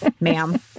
ma'am